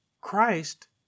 Christ